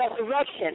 resurrection